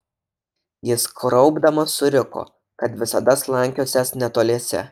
jis kraupdamas suriko kad visada slankiosiąs netoliese